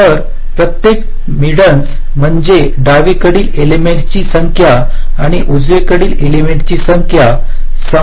तर प्रत्येक मेडीन्स म्हणजे डावीकडील एलेमेंट्स ची संख्या आणि उजवीकडे एलेमेंट्स ची संख्या समान असणे आवश्यक आहे